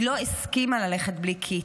היא לא הסכימה ללכת בלי קית'.